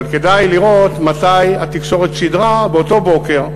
אבל כדאי לראות מתי התקשורת שידרה באותו בוקר,